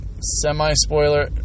semi-spoiler